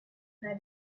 had